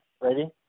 Ready